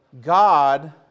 God